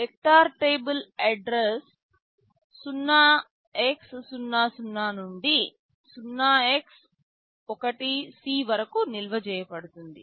vector table address 0x00 నుండి 0x1c వరకు నిల్వ చేయబడుతుంది